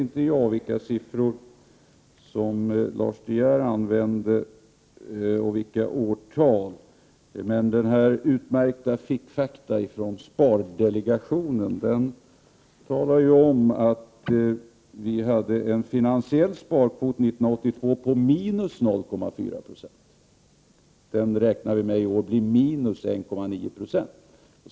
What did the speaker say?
Jag vet inte vilka siffror och årtal som Lars De Geer använder. Den utmärkta ”fickfakta från spardelegationen” talar om att vi år 1982 hade en finansiell sparkvot på minus 0,4 96. I år räknar vi med att den blir minus 1,9 20.